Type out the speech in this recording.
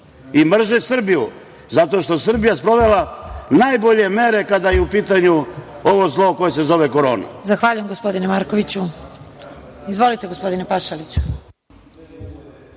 Mrze Srbiju zato što je Srbija sprovela najbolje mere, kada je u pitanju ovo zlo koje se zove korona.